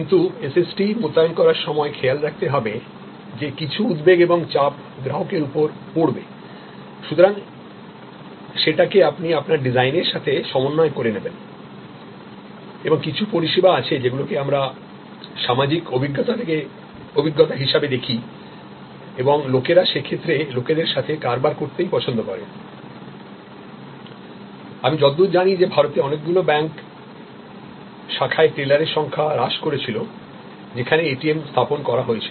কিন্তু SST মোতায়েন করার সময় খেয়াল রাখতে হবে যে কিছু উদ্বেগ এবং চাপ গ্রাহকের উপর পড়বে সুতরাং সেটা আপনি আপনার ডিজাইনের সাথে সমন্বয় করে নেবেন এবং কিছু পরিষেবা আছে যেগুলোকে আমরা সামাজিক অভিজ্ঞতা হিসেবে দেখি এবং লোকেরা সে ক্ষেত্রে লোকেদের সাথে কারবার করতেইপছন্দ করে আমি যতদূর জানি যে ভারতে অনেকগুলি ব্যাংক শাখায় টেলারদের সংখ্যা হ্রাস করেছিল যেখানে এটিএম স্থাপন করা হয়েছিল